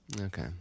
Okay